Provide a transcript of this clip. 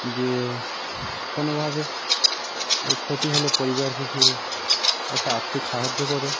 যে কোনোভাবে এ ক্ষতি হলে পরিবার পিছু একটা আর্থিক সাহায্য করে